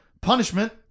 punishment